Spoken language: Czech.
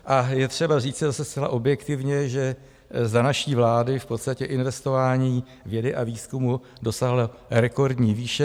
A je třeba říci zase zcela objektivně, že za naší vlády v podstatě investování do vědy a výzkumu dosáhlo rekordní výše.